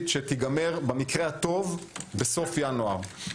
שתסתיים במקרה הטוב בסוף חודש ינואר.